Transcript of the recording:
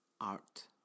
art